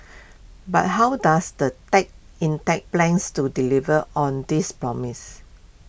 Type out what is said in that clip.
but how does the tech in Thai plans to deliver on this promise